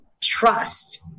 trust